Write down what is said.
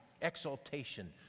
exaltation